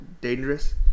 dangerous